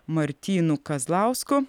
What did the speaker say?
martynu kazlausku